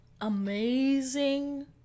amazing